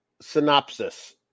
synopsis